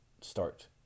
start